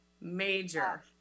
Major